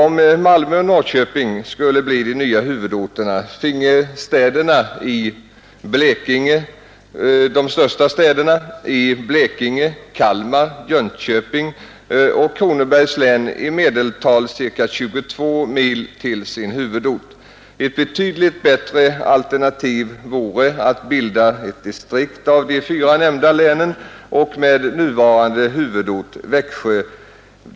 Om Malmö och Norrköping skulle bli de nya huvudorterna finge de största städerna i Blekinge, Kalmar, Jönköpings och Kronobergs län i medeltal 22 mil till sin huvudort. Ett betydligt bättre alternativ vore att bilda ett distrikt av de fyra nämnda länen med nuvarande huvudort, Växjö.